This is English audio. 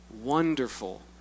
wonderful